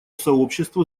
сообществу